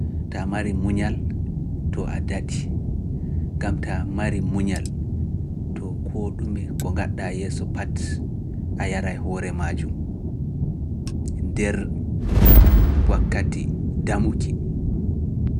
Ta mari muñal to a daɗi, gam ta mari muñal to koo ɗume ko ngaɗa yeeso pati a yaray hoore majum nder wakkati damuki.